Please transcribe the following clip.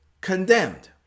condemned